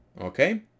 okay